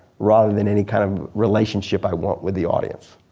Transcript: rather than any kind of relationship i want with the audience.